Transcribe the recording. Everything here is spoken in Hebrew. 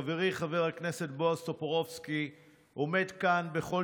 חברי חבר הכנסת בועז טופורובסקי עומד כאן בכל